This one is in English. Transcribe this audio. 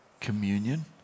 communion